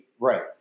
Right